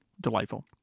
delightful